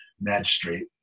magistrate